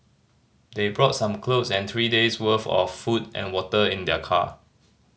they brought some clothes and three days worth of food and water in their car